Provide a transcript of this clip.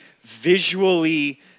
visually